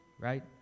right